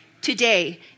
today